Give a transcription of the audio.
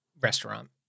restaurant